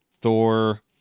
Thor